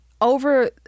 over